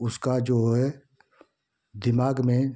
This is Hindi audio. उसका जो है दिमाग में